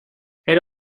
era